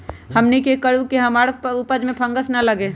हमनी की करू की हमार उपज में फंगस ना लगे?